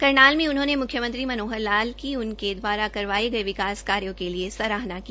करनाल मे उनहोंने म्ख्मयंत्री मनोहर लाल की उनके द्वारा करवाये गये विकास कार्यो के लिए सराहना की